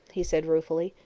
he said ruefully,